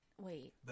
Wait